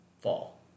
fall